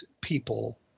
people